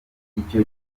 icyo